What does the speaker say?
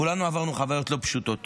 כולנו עברנו חוויות לא פשוטות